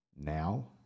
now